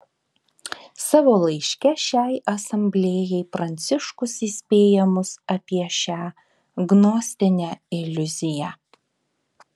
savo laiške šiai asamblėjai pranciškus įspėja mus apie šią gnostinę iliuziją